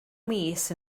mis